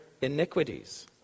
iniquities